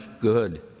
good